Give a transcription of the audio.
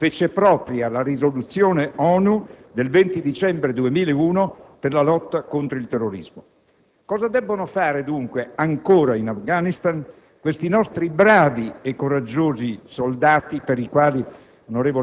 Ciò risponde all'appello «siamo tutti americani» con cui, all'indomani dell'11 settembre 2001, il maggiore quotidiano italiano, il «Corriere della Sera», per la penna del suo direttore, Ferruccio De Bortoli,